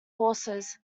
horses